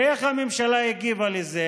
ואיך הממשלה הגיבה לזה?